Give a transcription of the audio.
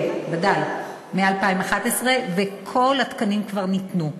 כן, ודאי, מ-2011, וכל התקנים כבר ניתנו,